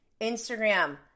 Instagram